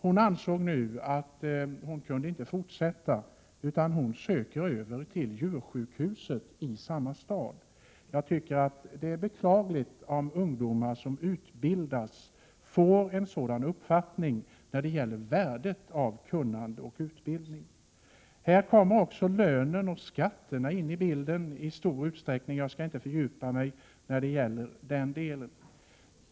Hon ansåg nu att hon inte kunde fortsätta, och hon söker över till djursjukhuset i samma stad. Jag tycker det är beklagligt om ungdomar som utbildas får en sådan uppfattning när det gäller värdet av kunnande och utbildning. Här kommer i stor utsträckning också lönen och skatterna in i bilden, men jag skall inte fördjupa mig i det.